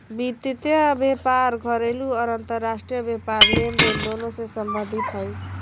वित्त व्यापार घरेलू आर अंतर्राष्ट्रीय व्यापार लेनदेन दोनों से संबंधित हइ